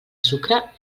sucre